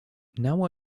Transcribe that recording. now